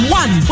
one